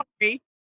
sorry